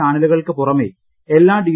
ചാനലുകൾക്ക് പുറമേ എല്ലാ ഡി